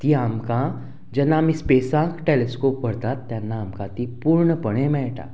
ती आमकां जेन्ना आमी स्पेसाक टेलिस्कोप भरतात तेन्ना आमकां ती पूर्णपणे मेळटा